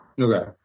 Okay